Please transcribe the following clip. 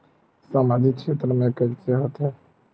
सामजिक क्षेत्र के कइसे होथे?